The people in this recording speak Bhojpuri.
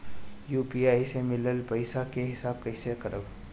यू.पी.आई से मिलल पईसा के हिसाब कइसे करब?